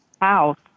house